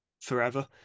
forever